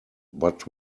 but